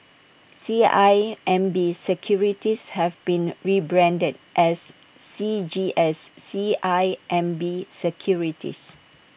C I M B securities have been rebranded as C G S C I M B securities